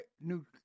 New